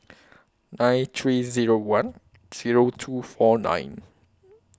nine three Zero one Zero two four nine